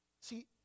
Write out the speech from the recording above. See